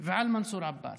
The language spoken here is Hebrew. ועל מנסור עבאס.